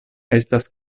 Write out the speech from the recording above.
estas